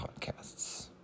podcasts